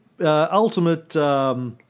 ultimate